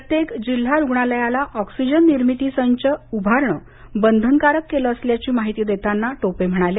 प्रत्येक जिल्हा रुग्णालयाला ऑक्सिजन निर्मिती संच उभारण बंधनकारक केलं असल्याची माहिती देताना ते म्हणाले